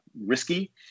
risky